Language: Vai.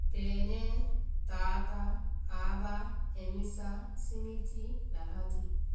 Tɛnɛɛ, táatá, aabá, aimisa, simiti, ahadi.